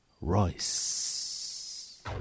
Royce